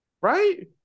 right